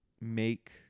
make